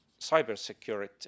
cybersecurity